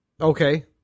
Okay